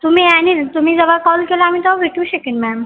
तुमी अॅनील तुम्ही जेव्हा कॉल केला आम्ही तेव्हा भेटू शकेन मॅम